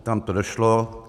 Tam to došlo.